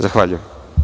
Zahvaljujem.